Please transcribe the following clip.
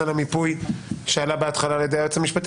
על המיפוי שעלה בהתחלה על ילדי היועץ המשפטי,